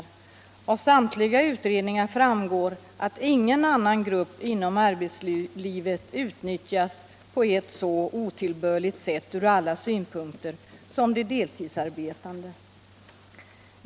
Av samtliga utredningar framgår att ingen annan grupp inom arbetslivet utnyttjas på ett så otillbörligt sätt ur alla synpunkter som de deltidsarbetande.